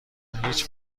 هیچ